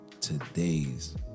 today's